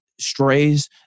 strays